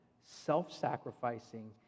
self-sacrificing